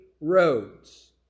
roads